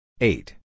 Eight